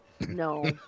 No